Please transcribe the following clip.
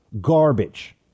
garbage